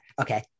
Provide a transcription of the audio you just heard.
okay